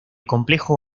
complejo